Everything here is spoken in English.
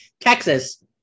texas